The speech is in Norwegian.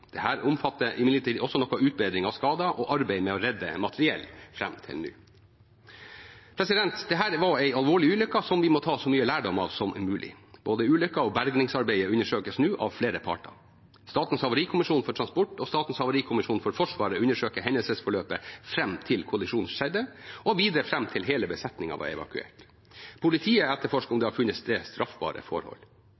omfatter imidlertid også noe utbedring av skader og arbeid med å redde materiell fram til nå. Dette var en alvorlig ulykke, som vi må ta så mye lærdom av som mulig. Både ulykken og bergingsarbeidet undersøkes nå av flere parter. Statens havarikommisjon for transport og Statens havarikommisjon for Forsvaret undersøker hendelsesforløpet fram til kollisjonen skjedde, og videre fram til hele besetningen var evakuert. Politiet etterforsker om